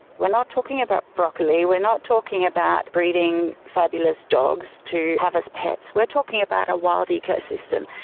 we are not talking about broccoli, we are not talking about breeding fabulous dogs to have as pets, we are talking about a wild ecosystem.